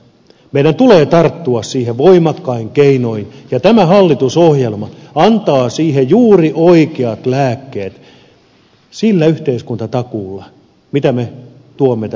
meidän tulee tarttua siihen voimakkain keinoin ja tämä hallitusohjelma antaa siihen juuri oikeat lääkkeet sillä yhteiskuntatakuulla minkä me tuomme tällä hallitusohjelmalla